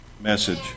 message